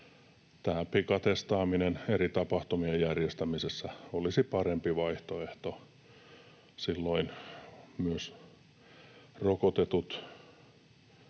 ja pikatestaaminen eri tapahtumien järjestämisessä olisi parempi vaihtoehto. Silloin myös rokotetut